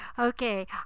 Okay